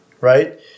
right